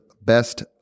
best